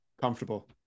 Comfortable